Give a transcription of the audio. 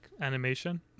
animation